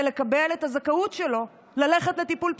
לקבל את הזכאות שלו ללכת לטיפול פסיכולוגי.